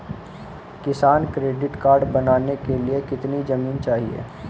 किसान credit card बनाने के लिए कितनी जमीन चाहिए?